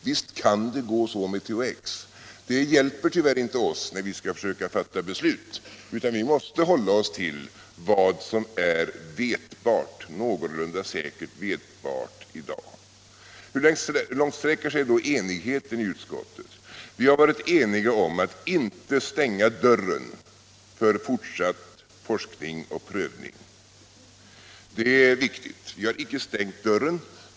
Visst kan det gå så med THX! Men det hjälper tyvärr inte oss när vi skall försöka fatta beslut. Vi måste hålla oss till vad som är någorlunda säkert vetbart i dag. Hur långt sträcker sig då enigheten i utskottet? Vi har varit eniga om att inte stänga dörren för fortsatt forskning och prövning. Det är viktigt. Vi har icke stängt dörren.